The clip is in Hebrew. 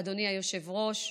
אדוני היושב-ראש.